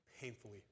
painfully